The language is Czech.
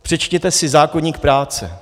Přečtěte si zákoník práce.